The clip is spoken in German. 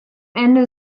ende